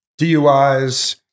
DUIs